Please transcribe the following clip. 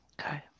Okay